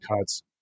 cuts